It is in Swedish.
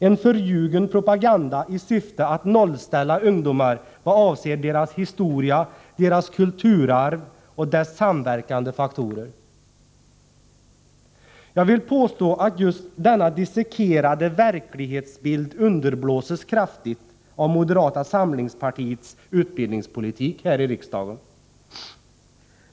En förljugen propaganda i syfte att nollställa ungdomar i vad avser deras historia, deras kulturarv och dessas samverkande faktorer. Jag vill påstå att just denna dissekerade verklighetsbild underblåses kraftigt av moderata samlingspartiets utbildningspolitik här i riksdagen.